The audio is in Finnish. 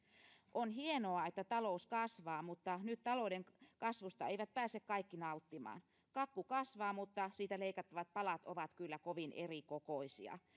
on hienoa että talous kasvaa mutta nyt talouden kasvusta eivät pääse kaikki nauttimaan kakku kasvaa mutta siitä leikattavat palat ovat kyllä kovin erikokoisia